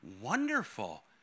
wonderful